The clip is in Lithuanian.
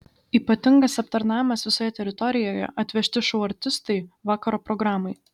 ypatingas aptarnavimas visoje teritorijoje atvežti šou artistai vakaro programai